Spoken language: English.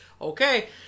okay